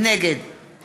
נגד